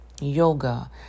yoga